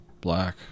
black